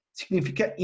significa